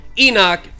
enoch